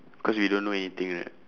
cause we don't know anything right